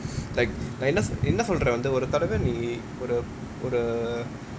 like like என்ன சொல்றேன் வந்து ஒரு தடவ நீ ஒரு:enna solraen vanthu oru thadava nee oru for the for the